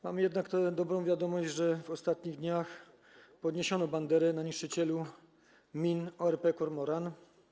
Mamy jednak dobrą wiadomość, że w ostatnich dniach podniesiono banderę na niszczycielu min ORP „Kormoran”